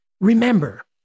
remember